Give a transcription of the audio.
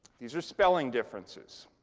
these are spelling differences.